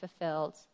fulfilled